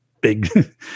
big